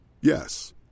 Yes